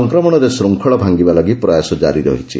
ସଂକ୍ରମଣର ଶୃଙ୍ଖଳ ଭାଙ୍ଗିବା ଲାଗି ପ୍ରୟାସ ଜାରି ରହିଛି